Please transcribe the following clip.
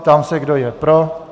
Ptám se, kdo je pro?